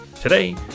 Today